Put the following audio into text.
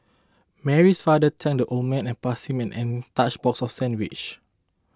Mary's father thanked the old man and passed him an untouched box of sandwiches